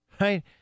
Right